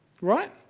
right